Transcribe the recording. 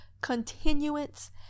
continuance